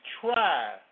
try